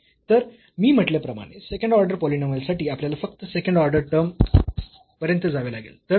तर मी म्हटल्याप्रमाणे सेकंड ऑर्डर पॉलिनॉमियल साठी आपल्याला फक्त सेकंड ऑर्डर टर्म पर्यंत जावे लागेल